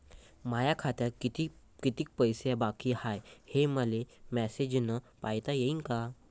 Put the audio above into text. माया खात्यात कितीक पैसे बाकी हाय, हे मले मॅसेजन पायता येईन का?